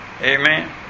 Amen